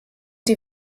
die